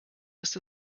ist